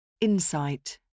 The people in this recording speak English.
Insight